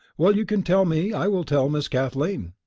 well, you can tell me, i will tell miss kathleen.